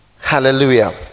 Hallelujah